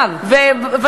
למינוי רבנים,